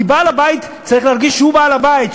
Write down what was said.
כי בעל הבית צריך להרגיש שהוא בעל הבית,